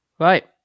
Right